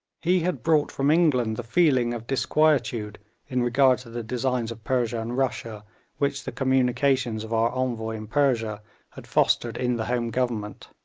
he had brought from england the feeling of disquietude in regard to the designs of persia and russia which the communications of our envoy in persia had fostered in the home government,